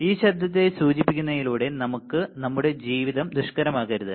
ഈ ശബ്ദത്തെ സൂചിപ്പിക്കുന്നതിലൂടെ നമുക്ക് നമ്മുടെ ജീവിതം ദുഷ്കരമാക്കരുത്